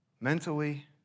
mentally